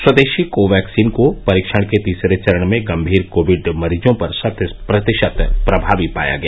स्वदेशी कोवैक्सीन को परीक्षण के तीसरे चरण में गंभीर कोविड मरीजों पर शत प्रतिशत प्रभावी पाया गया